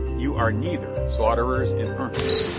you are neither slaughterers in earnest,